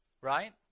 right